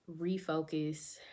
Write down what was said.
refocus